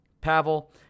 Pavel